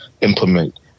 implement